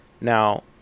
Now